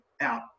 out